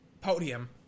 podium